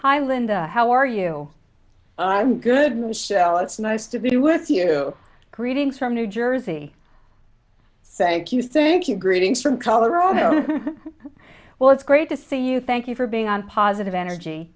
hi linda how are you i'm good michel it's nice to be with you greetings from new jersey so thank you thank you greetings from colorado well it's great to see you thank you for being on positive energy